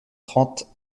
trente